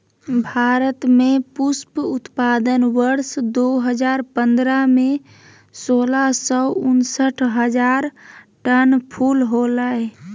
भारत में पुष्प उत्पादन वर्ष दो हजार पंद्रह में, सोलह सौ उनसठ हजार टन फूल होलय